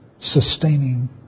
sustaining